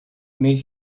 meet